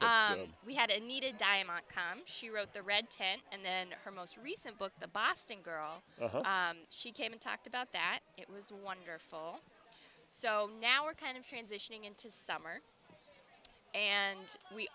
ok we had a needed diamont come she wrote the red tent and then her most recent book the boston girl she came and talked about that it was wonderful so now we're kind of transition into summer and we